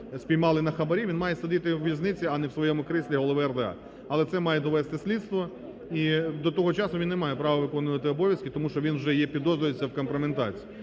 спіймали на хабарі, він має сидіти у в'язниці, а не у своєму кріслі голови РДА. Але це має довести слідство, і до того часу він не має права виконувати обов'язки, тому що він вже є… підозрюється в компрометації…